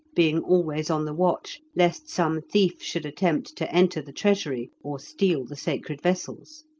being always on the watch lest some thief should attempt to enter the treasury, or steal the sacred vessels.